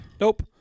Nope